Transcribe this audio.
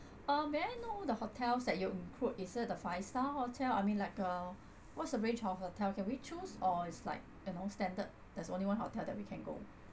um may I know the hotels that you include is it the five star hotel I mean like uh what's the range of hotel can we choose or is like you know standard there's only one hotel that we can go